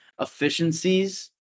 efficiencies